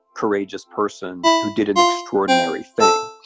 courageous person who did an extraordinary thing.